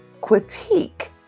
critique